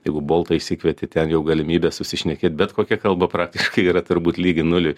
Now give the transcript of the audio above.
jeigu boltą išsikvieti ten jau galimybė susišnekėti bet kokia kalba praktiškai yra turbūt lygi nuliui